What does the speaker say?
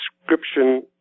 description